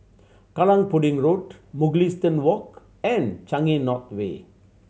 Kallang Pudding Road Mugliston Walk and Changi North Way